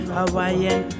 Hawaiian